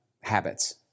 habits